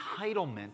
entitlement